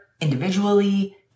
individually